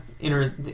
enter